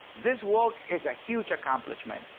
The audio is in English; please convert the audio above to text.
this walk is a huge accomplishment,